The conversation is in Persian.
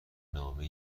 نامه